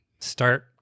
Start